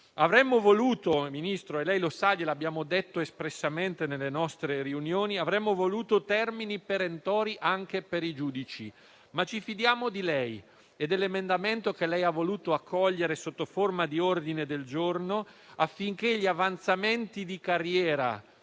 avremmo voluto - lei lo sa, glielo abbiamo detto espressamente nelle nostre riunioni - termini perentori anche per i giudici, ma ci fidiamo di lei e dell'emendamento che ha voluto accogliere sotto forma di ordine del giorno affinché gli avanzamenti di carriera